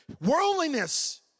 Worldliness